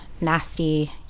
nasty